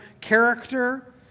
character